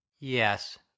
Yes